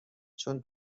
چون